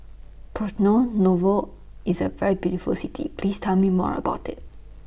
Porto Novo IS A very beautiful City Please Tell Me More about IT